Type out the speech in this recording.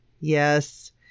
yes